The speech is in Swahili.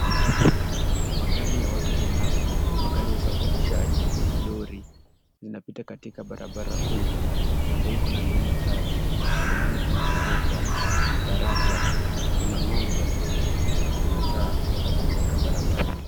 Magari ya watu binafsi, magari ya usafirishaji, lori, zinapita katika barabara kuu ambayo iko na lane tatu. Mbeleni kuna ghorofa, daraja, kuna ng'ombe na kuna taa za kumulika barabara.